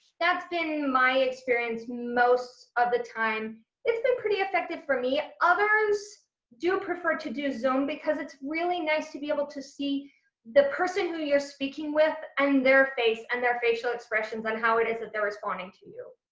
that's been my experience most of the time it's been pretty effective for me. others do prefer to do zoom because it's really nice to be able to see the person who you're speaking with and their face and their facial expressions on how it is that they're responding to you.